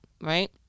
right